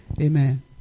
Amen